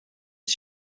are